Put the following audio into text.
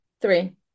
Three